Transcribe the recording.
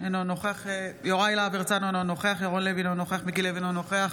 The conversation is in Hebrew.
אינו נוכח יוסף טייב, אינו נוכח